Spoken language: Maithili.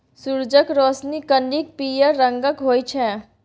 सुरजक रोशनी कनिक पीयर रंगक होइ छै